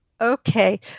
Okay